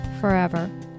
forever